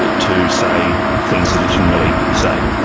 ah to say things that it didn't really say.